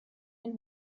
den